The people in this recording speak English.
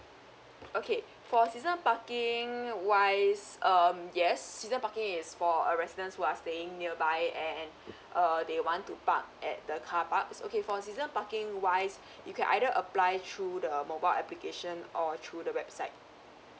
okay for season parking wise um yes season parking is for uh residence who are staying nearby and err they want to park at the car parks okay for season parking wise you can either apply through the mobile application or through the website